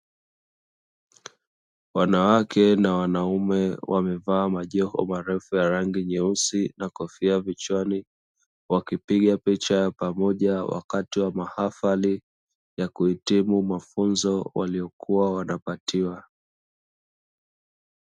Wanawake na wanaume wamevaa majoho marefu ya rangi nyeusi na kofia kichwani, wakipiga picha ya pamoja wakati wa mahafali ya kuhitimu mafunzo waliyokuwa wanapatiwa.